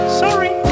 sorry